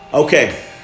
Okay